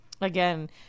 again